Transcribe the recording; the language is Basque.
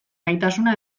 maitasuna